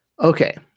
Okay